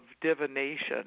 divination